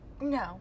No